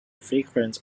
frequent